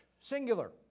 singular